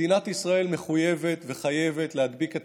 מדינת ישראל מחויבת וחייבת להדביק את